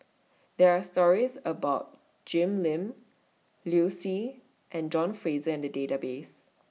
There Are stories about Jim Lim Liu Si and John Fraser in The Database